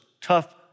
tough